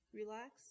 Relax